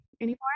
anymore